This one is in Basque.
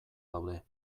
daude